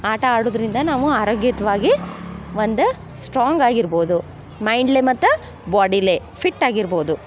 ಆಟ ಆಡುವುದ್ರಿಂದ ನಾವು ಆರೋಗ್ಯಯುತವಾಗಿ ಒಂದು ಸ್ಟ್ರಾಂಗಾಗಿರ್ಬೋದು ಮೈಂಡಲ್ಲಿ ಮತ್ತು ಬಾಡಿಲಿ ಫಿಟ್ಟಾಗಿರ್ಬೋದು